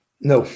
No